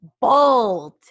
bold